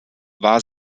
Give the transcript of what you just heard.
war